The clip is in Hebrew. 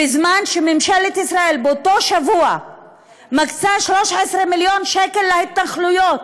בזמן שממשלת ישראל באותו שבוע מקצה 13 מיליון שקלים להתנחלויות,